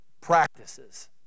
practices